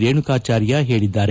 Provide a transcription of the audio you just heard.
ರೇಣುಕಾಚಾರ್ಯ ಹೇಳಿದ್ದಾರೆ